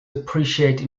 appreciate